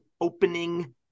opening